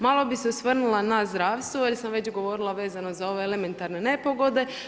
Malo bih se osvrnula na zdravstvo jer sam već govorila vezano za ove elementarne nepogode.